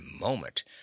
moment